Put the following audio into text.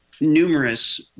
numerous